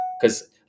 Because-